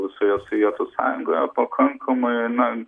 visoje sovietų sąjungoje pakankamai na